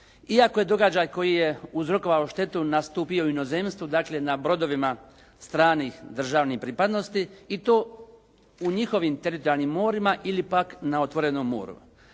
iako je događaj koji je uzrokovao štetu nastupio u inozemstvu, dakle na brodovima stranih držanih pripadnosti i to u njihovim teritorijalnim morima ili pak na otvorenom moru.